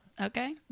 okay